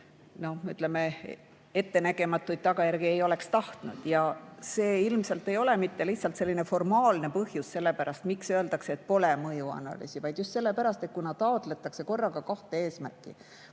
me neid ettenägematuid tagajärgi ei oleks tahtnud. Ja see ilmselt ei ole mitte lihtsalt selline formaalne põhjus, miks öeldakse, et pole mõjuanalüüsi. Just sellepärast, et taotletakse korraga kahte eesmärki: